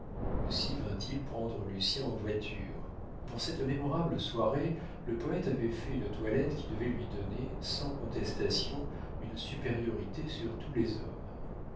aussi vint-il prendre lucien en voiture pour cette mémorable soirée le poète avait fait une toilette qui devait lui donner sans contestation une supériorité sur tous les hommes